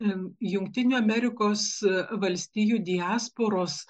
jungtinių amerikos valstijų diasporos